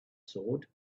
sword